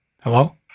Hello